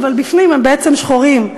אבל בפנים הם בעצם שחורים,